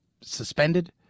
suspended